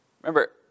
Remember